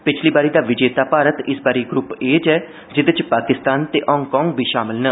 पिच्छली बारी दा विजेता भारत इस बारी ग्रुप ए च ऐ जेह्दे च पाकिस्तान ते हांगकांग बी शामिल न